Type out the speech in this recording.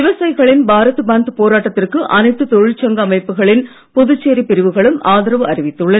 விவசாயிகளின் பாரத் பந்த் போராட்டத்திற்கு அனைத்து தொழிற்சங்க அமைப்புகளின் புதுச்சேரி பிரிவுகளும் ஆதரவு அறிவித்துள்ளன